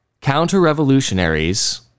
counter-revolutionaries